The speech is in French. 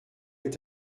est